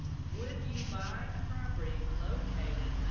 would you buy a property located, ah